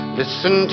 listen